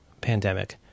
pandemic